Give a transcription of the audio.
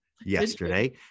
yesterday